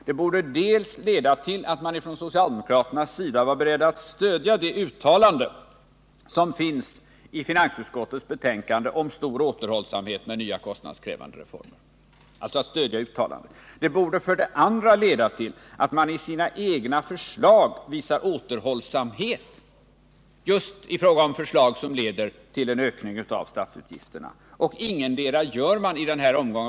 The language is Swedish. Dels borde det leda till att man från socialdemokraternas sida är beredd att stödja det uttalande som finns i finansutskottets betänkande om stor återhållsamhet med nya kostnadskrävande reformer, dels borde det leda till att man i sina egna förslag visar återhållsamhet just då det gäller reformer 179 som leder till en ökning av statsutgifterna. Ingetdera gör man emellertid i denna omgång.